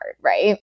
right